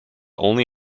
only